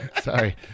Sorry